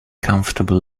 comfortable